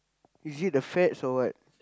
is it the fats or what